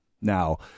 Now